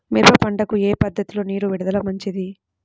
మిరప పంటకు ఏ పద్ధతిలో నీరు విడుదల మంచిది?